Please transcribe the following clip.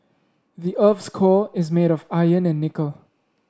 the earth's core is made of iron and nickel